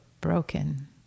broken